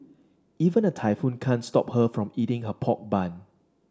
even a typhoon can't stop her from eating her pork bun